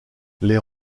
les